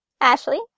Ashley